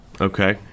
Okay